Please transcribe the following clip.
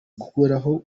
gukuraho